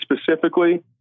specifically